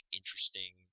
interesting